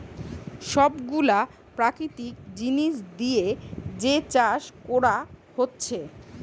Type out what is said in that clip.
সব গুলা প্রাকৃতিক জিনিস দিয়ে যে চাষ কোরা হচ্ছে